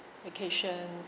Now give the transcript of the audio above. vacation